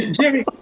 Jimmy